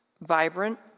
vibrant